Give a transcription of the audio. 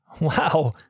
Wow